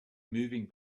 moving